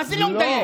מה זה לא מדייק?